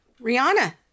rihanna